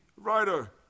writer